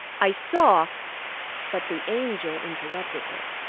i saw but the angel interrupted her.